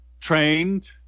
trained